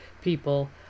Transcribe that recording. people